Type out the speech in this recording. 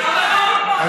פעם,